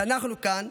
אנחנו כאן,